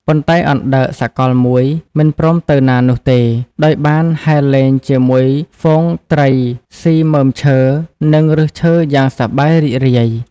ប៉ុន្តែអណ្ដើកសកលមួយមិនព្រមទៅណានោះទេ ដោយបានហែលលេងជាមួយហ្វូងត្រីស៊ីមើមឈើ និងឫសឈើយ៉ាងសប្បាយរីករាយ។